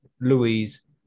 Louise